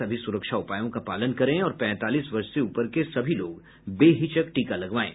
सभी सुरक्षा उपायों का पालन करें और पैंतालीस वर्ष से ऊपर के सभी लोग बेहिचक टीका लगवाएं